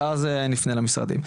ואז נפנה למשרדים.